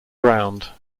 ground